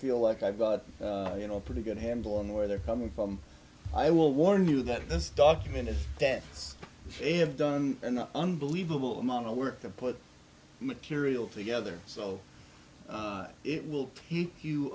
feel like i've got you know a pretty good handle on where they're coming from i will warn you that this document is that they have done an unbelievable amount of work to put material together so it will